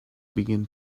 begin